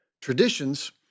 Traditions